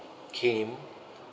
came